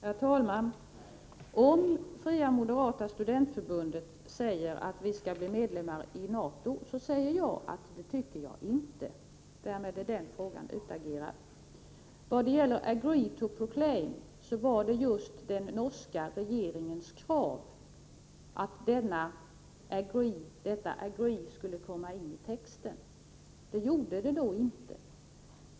Herr talman! Om fria Moderata studentförbundet säger att vi skall bli medlemmar i NATO, så säger jag att det tycker jag inte. Därmed är den frågan utagerad. När det gäller ”agree to proclaim” var det just den norska regeringens krav att ”agree” skulle komma medi texten. Det gjorde det då inte.